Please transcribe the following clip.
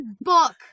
book